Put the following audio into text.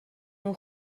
nhw